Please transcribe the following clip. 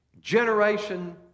Generation